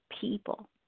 people